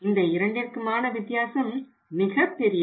இந்த இரண்டிற்குமான வித்தியாசம் மிகப்பெரியது